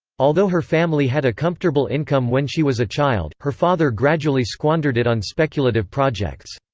although her family had a comfortable income when she was a child, her father gradually squandered it on speculative projects.